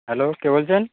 hello কে বলছেন